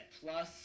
Plus